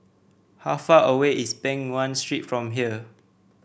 how far away is Peng Nguan Street from here